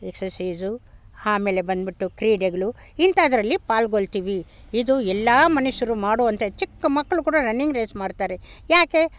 exercise ಆಮೇಲೆ ಬಂದ್ಬಿಟ್ಟು ಕ್ರೀಡೆಗಳು ಇಂಥದ್ರಲ್ಲಿ ಪಾಲ್ಗೊಳ್ತೀವಿ ಇದು ಎಲ್ಲ ಮನುಷ್ಯರು ಮಾಡೋವಂಥ ಚಿಕ್ಕ ಮಕ್ಕಳು ಕೂಡ ರನ್ನಿಂಗ್ ರೇಸ್ ಮಾಡ್ತಾರೆ ಯಾಕೆ